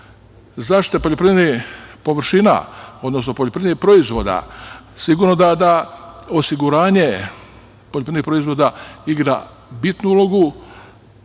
zaštita poljoprivrednih površina, odnosno poljoprivrednih proizvoda sigurno da osiguranje poljoprivrednih proizvoda igra bitnu ulogu.